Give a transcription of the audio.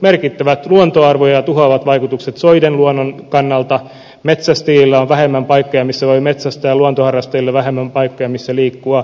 merkittävät luontoarvoja tuhoavat vaikutukset soiden luonnon kannalta metsästäjillä on vähemmän paikkoja missä voi metsästää luontoharrastajilla vähemmän paikkoja missä liikkua